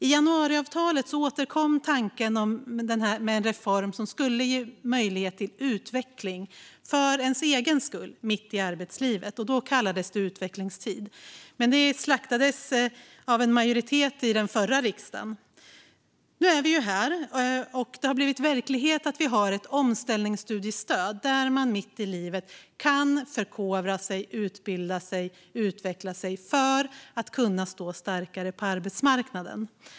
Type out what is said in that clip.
I januariavtalet återkom tanken om en reform som skulle ge möjlighet till utveckling för ens egen skull, mitt i arbetslivet. Det kallades utvecklingstid. Men detta slaktades av en majoritet i den förra riksdagen. Nu är vi här, och det har blivit verklighet att vi har ett omställningsstudiestöd för att man mitt i livet ska kunna förkovra sig, utbilda sig och utvecklas för att stå starkare på arbetsmarknaden.